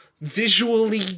visually